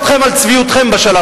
זה לא צביעות.